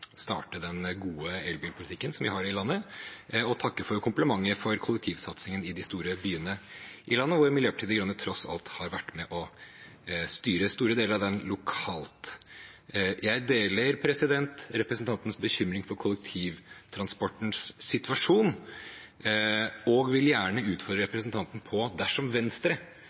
takke for komplimentet for kollektivsatsingen i de store byene, som Miljøpartiet De Grønne tross alt har vært med på å styre deler av lokalt. Jeg deler representantens bekymring for kollektivtransportens situasjon og vil gjerne utfordre representanten: Dersom Venstre